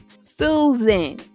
Susan